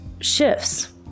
shifts